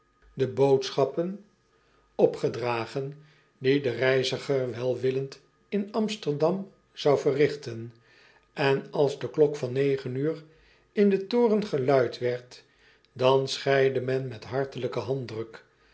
opgedragen die de reiziger welwillend in msterdam zou verrigten n als de klok van negen uur in den toren geluid werd dan scheidde men met hartelijken handdruk